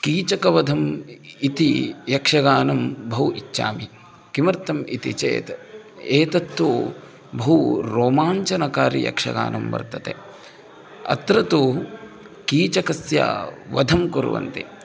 कीचकवधम् इति यक्षगानं बहु इच्छामि किमर्थम् इति चेत् एतत् तु बहु रोमाञ्चकारी यक्षगानं वर्तते अत्र तु कीचकस्य वधं कुर्वन्ति